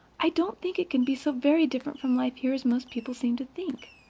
i don't think it can be so very different from life here as most people seem to think.